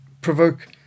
provoke